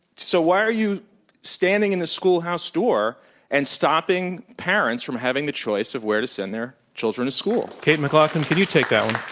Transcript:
so why are you standing in the school house door and stopping parents from having the choice of where to send their children to school? kate mclaughlin, could you take that